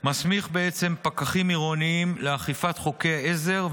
מסמיך בעצם פקחים עירוניים לאכיפת חוקי עזר,